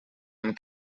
amb